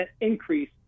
increase